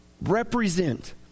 represent